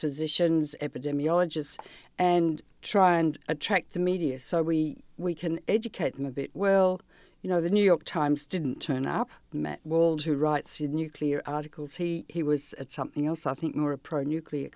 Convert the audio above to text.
physicians epidemiology is and try and attract the media so we we can educate them a bit well you know the new york times didn't turn up world who writes nuclear articles he was something else i think more upright nuclear